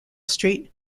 street